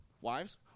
Wives